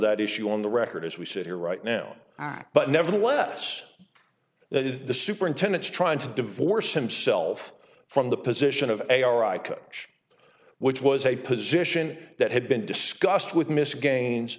that issue on the record as we sit here right now but nevertheless that is the superintendent's trying to divorce himself from the position of a our i coach which was a position that had been discussed with miss ga